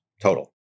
total